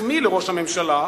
החמיא לראש הממשלה,